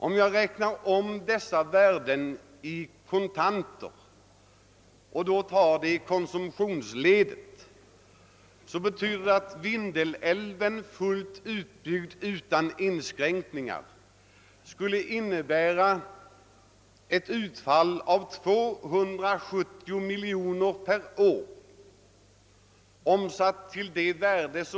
Om jag räknar om dessa värden i kontanter och gör det i konsumtionsledet, så betyder det att Vindelälven fullt utbyggd utan inskränkningar skulle ge ett utfall av 270 miljoner kronor per år.